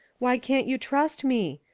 why can't you trust me?